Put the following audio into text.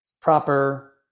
proper